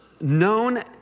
known